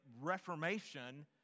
reformation